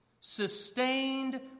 sustained